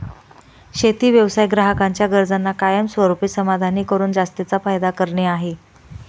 शेती व्यवसाय ग्राहकांच्या गरजांना कायमस्वरूपी समाधानी करून जास्तीचा फायदा करणे आहे